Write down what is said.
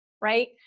Right